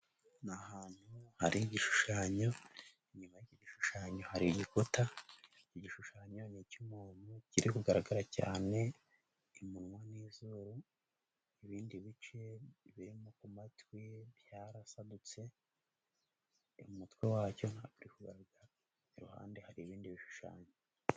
Ahantu hari igishushanyo, inyuma y'igishushanyo hari igikuta, igishushanyo ni icy'umuntu kiri kugaragara cyane umunwa n'izuru, ibindi bice birimo amatwi byarasadutse, umutwe wacyo ntabwo uri kugaragara. Iruhande hari ibindi bishushanyo.